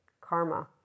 karma